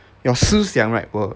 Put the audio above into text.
your 思想 right will